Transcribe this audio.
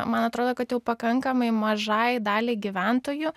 man atrodo kad jau pakankamai mažai daliai gyventojų